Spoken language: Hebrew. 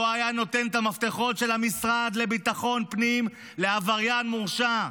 לא היה נותן את המפתחות של המשרד לביטחון פנים לעבריין מורשע,